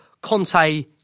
Conte